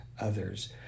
others